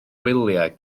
wyliau